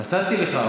נתתי לך.